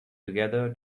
together